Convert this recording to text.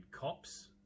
cops